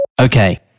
Okay